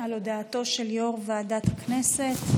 על הודעתו של יו"ר ועדת הכנסת.